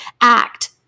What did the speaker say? act